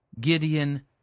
Gideon